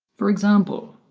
for example,